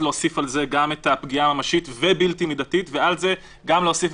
להוסיף על זה גם פגיעה ממשית ובלתי מידתית ועל זה להוסיף